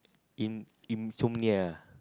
insomnia